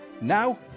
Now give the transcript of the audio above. Now